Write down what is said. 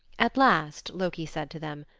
at last loki said to them,